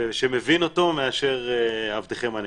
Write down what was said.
ושמבין אותו מאשר עבדכם הנאמן.